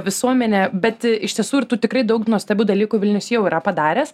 visuomenė bet iš tiesų ir tų tikrai daug nuostabių dalykų vilnius jau yra padaręs